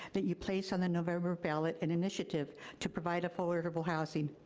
that you place on the november ballot an initiative to provide affordable housing.